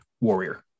Warrior